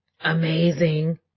amazing